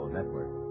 Network